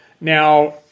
Now